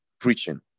preaching